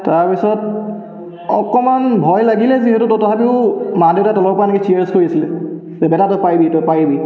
তাৰপিছত অকণমান ভয় লাগিলে যিহেতু তথাপিও মা দেউতাই তলৰ পৰা এনেকৈ চিয়াৰ্ছ কৰিছিলে যে বেটা তই পাৰিবি তই পাৰিবি